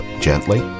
gently